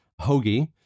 Hoagie